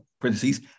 parentheses